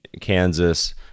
Kansas